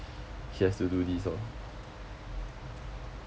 he has to do this lor